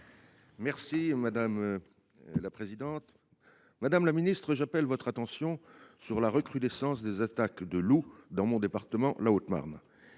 alimentaire. Madame la ministre, j’appelle votre attention sur la recrudescence des attaques de loups dans le département de la Haute Marne.